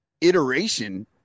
iteration